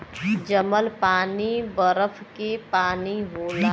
जमल पानी बरफ के पानी होला